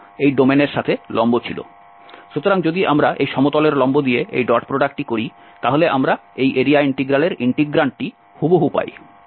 সুতরাং যদি আমরা এই সমতলের লম্ব দিয়ে এই ডট প্রোডাক্টটি করি তাহলে আমরা এই এরিয়া ইন্টিগ্রালের ইন্টিগ্রান্টটি হুবহু পাই